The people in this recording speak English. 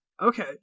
okay